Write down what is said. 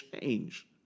change